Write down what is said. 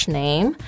name